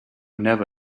never